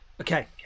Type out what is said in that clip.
Okay